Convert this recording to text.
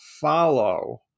follow